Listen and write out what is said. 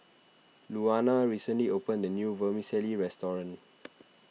Louanna recently opened the new Vermicelli restaurant